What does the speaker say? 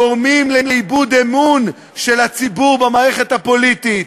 גורמים לאיבוד של אמון הציבור במערכת הפוליטית.